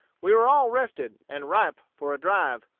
we were all rested, and ripe for a drive.